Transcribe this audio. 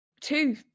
two